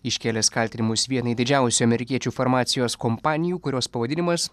iškėlęs kaltinimus vienai didžiausių amerikiečių farmacijos kompanijų kurios pavadinimas